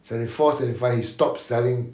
seventy four seventy five he stopped selling